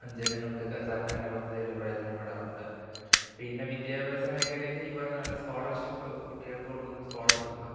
ജനങ്ങൾക്കൊക്കെ സർക്കാരിൻറെ പദ്ധതികളെല്ലാം പ്രയോജനപ്പെടാറുണ്ട് പിന്നെ വിദ്യാഭ്യാസ മേഖലയിൽ ഈ പറഞ്ഞതു പോലെ സ്കോളർഷിപ്പ് കുട്ടികൾക്കു കൊടുക്കുന്ന സ്കോളർഷിപ്പ്